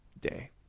day